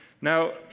now